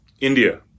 India